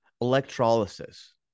electrolysis